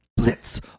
Blitz